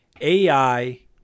AI